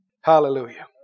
Hallelujah